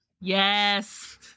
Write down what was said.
Yes